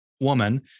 woman